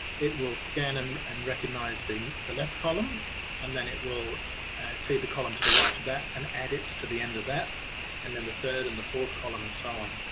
it will scan and and recognize the the left column and then it will see the column to the right of that and add it to the end of that and then the the third and the fourth column and so on.